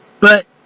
but.